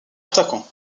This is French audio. attaquant